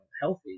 healthy